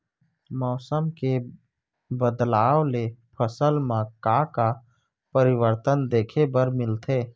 मौसम के बदलाव ले फसल मा का का परिवर्तन देखे बर मिलथे?